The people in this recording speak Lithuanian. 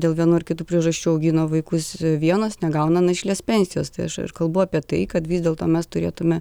dėl vienų ar kitų priežasčių augino vaikus vienos negauna našlės pensijos tai aš kalbu apie tai kad vis dėlto mes turėtume